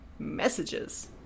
Messages